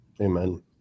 Amen